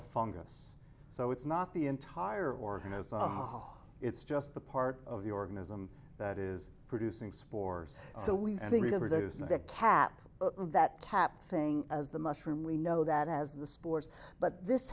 a fungus so it's not the entire organism ha it's just the part of the organism that is producing spores so we reduce the cap of that cap thing as the mushroom we know that has the spores but this